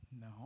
No